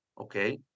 Okay